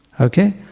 okay